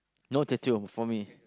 no tattoo for me